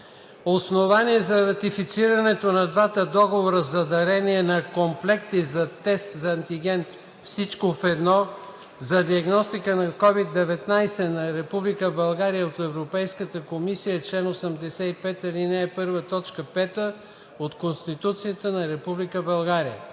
Основание за ратифицирането на двата договора за дарение на комплекти за тест за антиген „всичко в едно“ за диагностика на COVID-19 на Република България от Европейската комисия е чл. 85, ал. 1, т. 5 от Конституцията на